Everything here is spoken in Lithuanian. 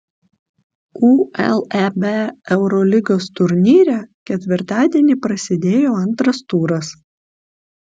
uleb eurolygos turnyre ketvirtadienį prasidėjo antras turas